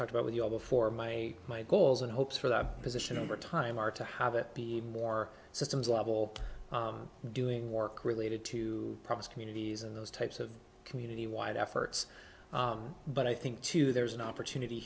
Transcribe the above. talked about with you all before my my goals and hopes for that position over time are to have it be more systems level doing work related to promise communities and those types of community wide efforts but i think too there's an opportunity